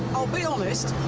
i'll be honest,